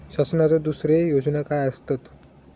शासनाचो दुसरे योजना काय आसतत?